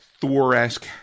Thor-esque